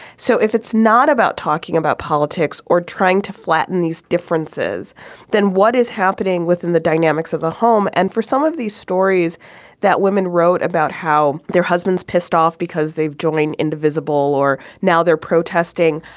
so if it's not about talking about politics or trying to flatten these differences then what is happening within the dynamics of the home. and for some of these stories that women wrote about how their husbands pissed off because they've joined indivisible or now they're protesting.